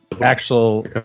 actual